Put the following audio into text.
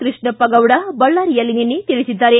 ಕೃಷ್ಣಪ್ಪ ಗೌಡ ಬಳ್ಳಾರಿಯಲ್ಲಿ ನಿನ್ನೆ ಹೇಳಿದ್ದಾರೆ